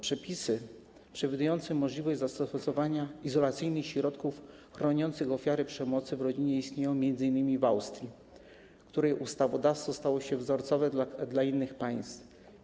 Przepisy przewidujące możliwość zastosowania izolacyjnych środków chroniących ofiary przemocy w rodzinie istnieją m.in. w Austrii, której ustawodawstwo stało się wzorcowe dla innych państw.